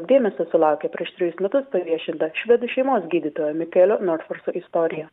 dėmesio sulaukė prieš trejus metus paviešinta švedų šeimos gydytojo mikaelio norferso istorija